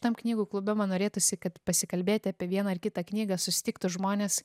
tam knygų klube man norėtųsi kad pasikalbėti apie vieną ar kitą knygą susitiktų žmonės